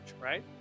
right